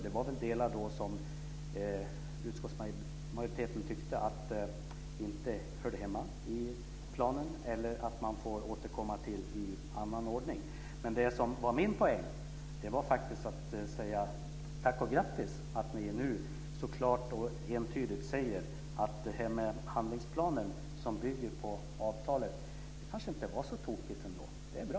Det var delar som utskottsmajoriteten tyckte inte hörde hemma i planen eller som man fick återkomma till i en annan ordning. Men det som var min poäng var att säga tack och grattis att ni nu så klart och entydigt säger att handlingsplanen, som bygger på avtalet, kanske inte var så tokigt ändå. Det är bra.